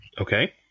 Okay